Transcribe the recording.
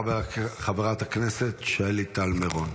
חברת הכנסת שלי טל מירון,